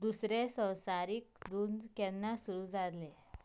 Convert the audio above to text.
दुसरें संवसारीक झूंज केन्ना सुरू जालें